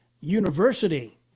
university